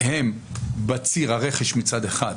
הן בציר הרכש מצד אחד,